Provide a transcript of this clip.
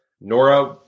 Nora